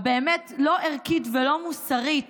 הלא-ערכית ולא מוסרית